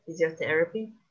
physiotherapy